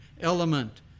element